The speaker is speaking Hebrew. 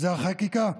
זה החקיקה.